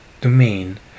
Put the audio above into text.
domain